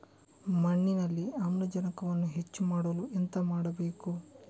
ಮಣ್ಣಿನಲ್ಲಿ ಆಮ್ಲಜನಕವನ್ನು ಹೆಚ್ಚು ಮಾಡಲು ಎಂತ ಮಾಡಬೇಕು?